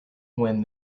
when